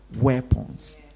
weapons